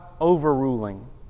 overruling